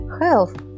Health